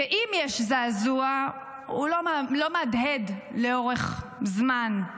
ואם יש זעזוע הוא לא מהדהד לאורך זמן.